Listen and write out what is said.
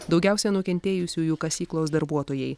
daugiausia nukentėjusiųjų kasyklos darbuotojai